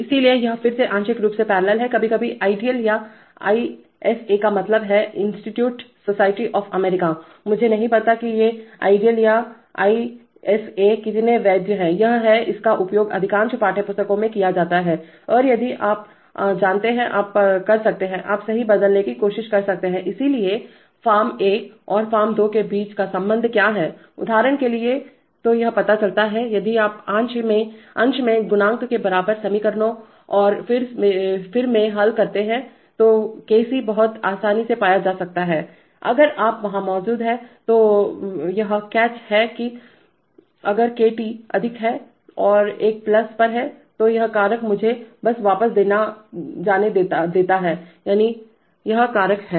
इसलिए यह फिर से आंशिक रूप से पैरेलल है कभी कभी आइडियल या आईएसएका मतलब है इंस्ट्रूमेंट सोसाइटी ऑफ़ अमेरिका मुझे नहीं पता कि ये आइडियल या आईएसए कितने वैध हैं यह है इसका उपयोग अधिकांश पाठ्यपुस्तकों में किया जाता है और यदि आप अब आप जानते हैआप कर सकते हैं आप सही बदलने की कोशिश कर सकते हैं इसलिए फार्म एक और फॉर्म दो के बीच का संबंध क्या है उदाहरण के लिए तो यह पता चला है यदि आप अंश में गुणांक के बराबर समीकरणों और हर में हल करते हैं तो केसी Kc' बहुत आसानी से पाया जा सकता है अगर आप वहां मौजूद हैं तो यह कैच है कि अगर केटी Kt अधिक है वह एक प्लस पर है तो यह कारक मुझे बस वापस जाने देता है यानी यह कारक है